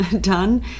done